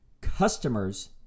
customers